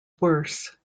worse